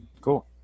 Cool